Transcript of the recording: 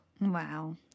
Wow